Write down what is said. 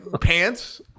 pants